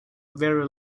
very